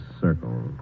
circle